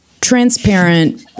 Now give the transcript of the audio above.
transparent